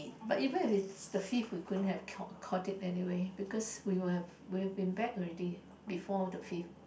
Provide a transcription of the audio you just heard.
but even if it's the fifth we couldn't have caught it anyway because we would have we would have been back already before the fifth